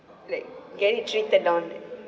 like get it treated down